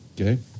Okay